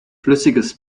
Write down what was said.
flüssiges